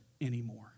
anymore